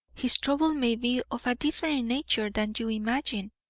his trouble may be of a different nature than you imagine.